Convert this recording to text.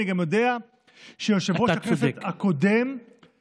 אני גם יודע שיושב-ראש הכנסת הקודם, אתה צודק.